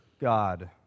God